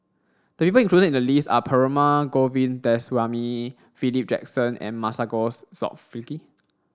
the people included in the list are Perumal Govindaswamy Philip Jackson and Masagos Zulkifli